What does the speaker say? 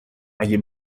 اگه